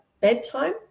bedtime